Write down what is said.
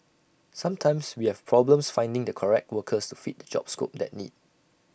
sometimes we have problems finding the correct workers to fit the job scope that need